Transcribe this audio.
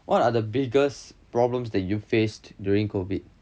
what are the biggest problems that you faced during COVID